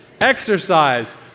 Exercise